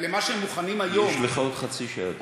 למה שהם מוכנים היום, יש לך עוד חצי שעה אדוני.